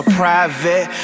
private